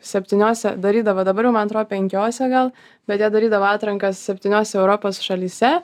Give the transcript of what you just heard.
septyniose darydavo dabar jau man atro penkiose gal bet jie darydavo atrankas septyniose europos šalyse